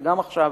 שגם עכשיו